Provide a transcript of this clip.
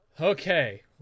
Okay